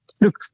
Look